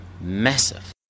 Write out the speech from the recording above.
massive